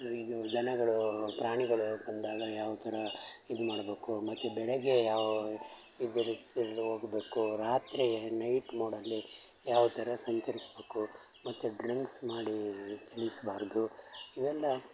ಇದು ದನಗಳು ಪ್ರಾಣಿಗಳು ಬಂದಾಗ ಯಾವ ಥರ ಇದು ಮಾಡ್ಬೇಕು ಮತ್ತು ಬೆಳಗ್ಗೆ ಯಾವ ಇದು ರೀತಿಯಿಂದ ಹೋಗಬೇಕು ರಾತ್ರಿ ನೈಟ್ ಮೋಡಲ್ಲಿ ಯಾವ ಥರ ಸಂಚರಿಸ್ಬೇಕು ಮತ್ತು ಡ್ರಿಂಕ್ಸ್ ಮಾಡಿ ಚಲಿಸಬಾರ್ದು ಇವೆಲ್ಲ